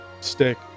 stick